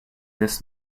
this